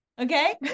Okay